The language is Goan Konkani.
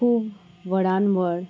खूब वडान व्हड